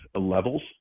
levels